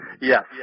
Yes